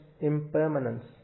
impermanence